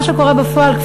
ומה שקורה בפועל,